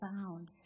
found